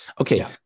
Okay